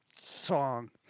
song